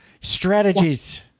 strategies